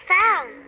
sound